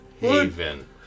Haven